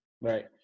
Right